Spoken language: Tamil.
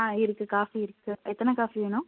ஆ இருக்கு காஃபி இருக்கு எத்தனை காஃபி வேணும்